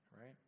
right